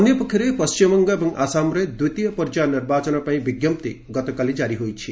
ଅନ୍ୟପକ୍ଷରେ ପଶ୍ଚିମବଙ୍ଗ ଏବଂ ଆସାମରେ ଦ୍ୱିତୀୟ ପର୍ଯ୍ୟାୟ ନିର୍ବାଚନ ପାଇଁ ବିଜ୍ଞପ୍ତି ଗତକାଲି ଜାରି ହୋଇଛି